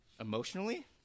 Emotionally